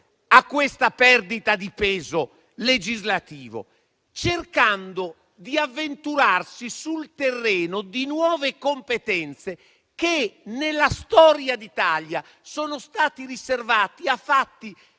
a questa perdita di peso legislativo? Cercando di avventurarsi sul terreno di nuove competenze e nella storia d'Italia questa pratica è stata riservata a fatti